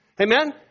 Amen